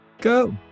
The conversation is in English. go